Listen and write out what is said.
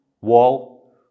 wall